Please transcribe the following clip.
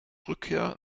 rückkehr